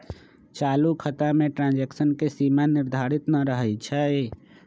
चालू खता में ट्रांजैक्शन के सीमा निर्धारित न रहै छइ